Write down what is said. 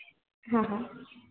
हाँ हाँ